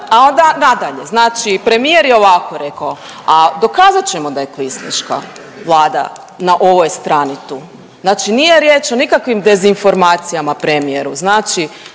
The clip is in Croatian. tako. Nadalje, znači premijer je ovako rekao, a dokazat ćemo da je kvislinška vlada na ovoj strani tu. Znači nije riječ o nikakvim dezinformacijama premijeru.